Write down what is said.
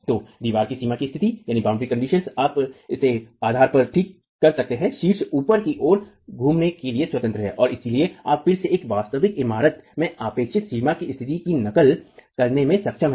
तो दीवार की सीमा की स्थिति है आप इसे आधार पर ठीक कर सकते हैं शीर्ष ऊपर की ओर घूमने के लिए स्वतंत्र है और इसलिए आप फिर से एक वास्तविक इमारत में अपेक्षित सीमा की स्थिति की नकल करने में सक्षम हैं